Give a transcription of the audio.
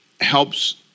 helps